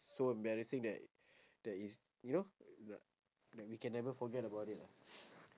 so embarrassing that that is you know ya that we can never forget about it lah